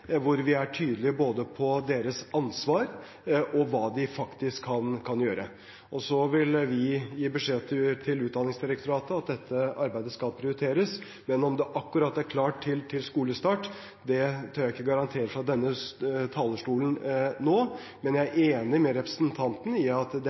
hvor vi er tydelige både på deres ansvar og på hva de faktisk kan gjøre. Så vil vi gi beskjed til Utdanningsdirektoratet om at dette arbeidet skal prioriteres, men om det er klart akkurat til skolestart, tør jeg ikke garantere fra denne talerstolen nå. Men jeg er enig med representanten i at det